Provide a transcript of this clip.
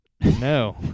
No